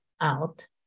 out